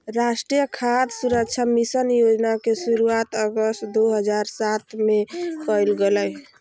राष्ट्रीय खाद्य सुरक्षा मिशन योजना के शुरुआत अगस्त दो हज़ार सात में कइल गेलय